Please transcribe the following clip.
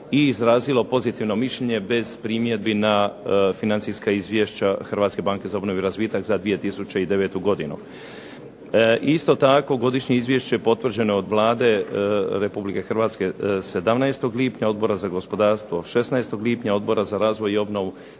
i izrazilo pozitivno mišljenje bez primjedbi na financijska izvješća Hrvatske banke za obnovu i razvitak za 2009. godinu. Isto tako godišnje Izvješće potvrđeno je od Hrvatske vlade 17. lipnja, Odbora za gospodarstvo 16. lipnja, Odbora za razvoj i obnovu